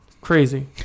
Crazy